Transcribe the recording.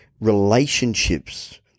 relationships